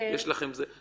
יש לכם כך וכך.